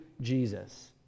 Jesus